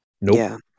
Nope